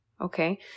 Okay